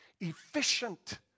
efficient